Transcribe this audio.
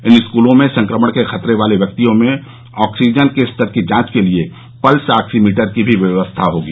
इन स्कूलों में संक्रमण के खतरे वाले व्यक्तियों में ऑक्सीजन के स्तर की जांच के लिए पल्स ऑक्सीमीटर की भी व्यवस्था होगी